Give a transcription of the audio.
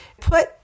put